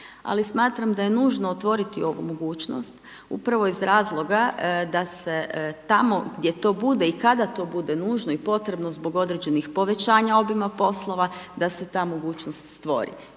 ali smatram da je nužno otvoriti ovu mogućnost upravo iz razloga da se tamo gdje to bude i kada to bude nužno i potrebno zbog određenih povećanja obima poslova da se ta mogućnost stvori.